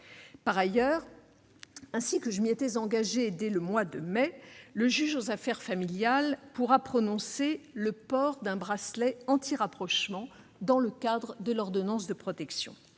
Par ailleurs, ainsi que je m'y étais engagée dès le mois de mai dernier, le juge aux affaires familiales pourra prononcer la pose d'un bracelet anti-rapprochement dans le cadre de l'ordonnance de protection.